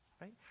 right